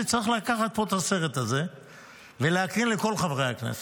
צריך לקחת את הסרט הזה ולהקרין לכל חברי הכנסת,